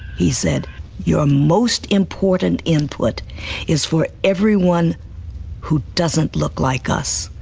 he said your most important input is for everyone who doesn't look like us,